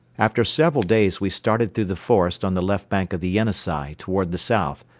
after several days we started through the forest on the left bank of the yenisei toward the south,